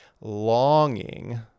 longing